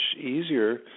easier